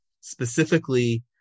specifically